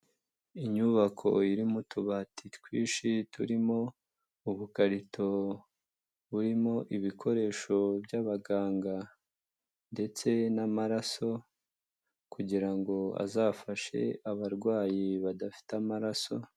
Inyubako irimo itubati twinshi, turimo ubukarito burimo ibikoresho by'abaganga ndetse n'amaraso, kugirango ngo azafashe abarwayi badafite amaraso.